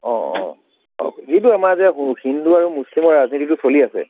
অ যিটো আমাৰ যে হিন্দু আৰু মুছলিমৰ ৰাজনীতিটো চলি আছে